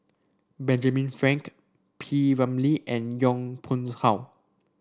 Benjamin Frank P Ramlee and Yong Pungs How